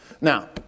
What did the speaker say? Now